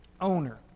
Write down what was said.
owner